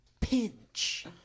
Pinch